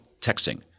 texting